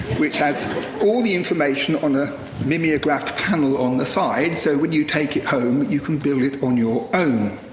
which has all the information on a mimeograph panel on the side, so when you take it home, you can build it on your own.